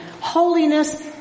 holiness